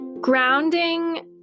Grounding